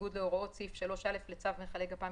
בניגוד להוראות סעיף 3(א) לצו מכלי גפ"מ